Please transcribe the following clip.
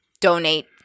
donate